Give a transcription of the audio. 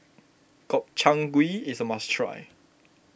Gobchang Gui is a must try